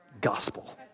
gospel